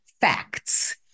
facts